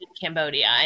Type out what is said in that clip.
Cambodia